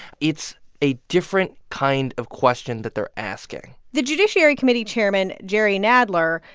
it's a different kind of question that they're asking the judiciary committee chairman, jerry nadler,